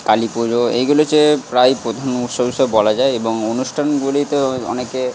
কালী পুজো এইগুলো হচ্ছে প্রায় প্রধান উৎসব হিসেবে বলা যায় এবং অনুষ্ঠানগুলিতেও অনেকে